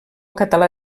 català